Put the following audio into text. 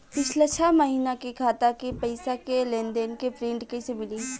पिछला छह महीना के खाता के पइसा के लेन देन के प्रींट कइसे मिली?